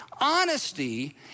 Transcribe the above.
Honesty